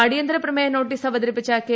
അടിയന്തര പ്രമേയ നോട്ടീസ് അവതരിപ്പിച്ച കെ